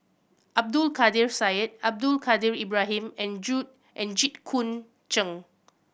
Abdul Kadir Syed Abdul Kadir Ibrahim and and Jit Koon Ch'ng